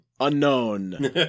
Unknown